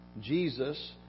Jesus